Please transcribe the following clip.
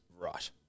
Right